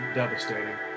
devastating